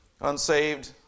unsaved